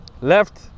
left